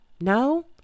No